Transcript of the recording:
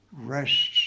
rests